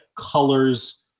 colors